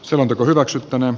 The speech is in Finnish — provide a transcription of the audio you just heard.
selonteko hyväksyttäneen